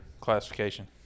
classification